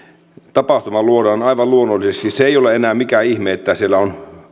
tapahtuma luodaan aivan luonnollisesti se ei ole enää mikään ihme että siellä on